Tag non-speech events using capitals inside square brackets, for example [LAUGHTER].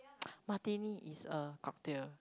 [NOISE] Martini is a cocktail